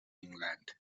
england